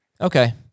Okay